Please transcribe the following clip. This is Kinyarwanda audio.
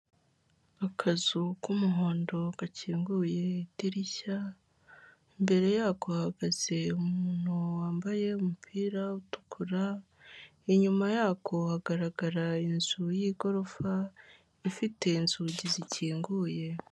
Akazu k'umuhondo gakinguye idirishya, imbere yako hahagaze umuntu wambaye umupira utukura, inyuma yako hagaragara inzu yi'igorofa ifite inzugi zikinguye.